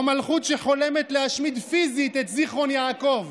או מלכות שחולמת להשמיד פיזית את זיכרון יעקב?